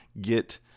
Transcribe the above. get